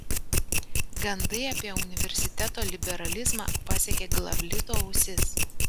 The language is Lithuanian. gandai apie universiteto liberalizmą pasiekė glavlito ausis